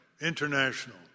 international